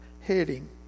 heading